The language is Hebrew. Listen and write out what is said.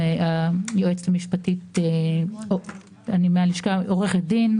עורכת דין,